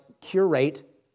curate